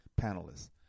panelists